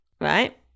Right